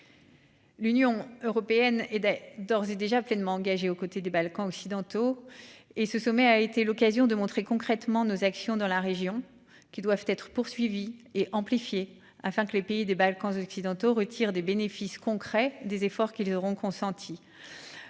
L'Union européenne et d'des d'ores et déjà pleinement engagée aux côtés des Balkans occidentaux et ce sommet a été l'occasion de montrer concrètement nos actions dans la région qui doivent être poursuivis et amplifiés afin que les pays des Balkans occidentaux retire des bénéfices concrets des efforts qu'ils auront consentis.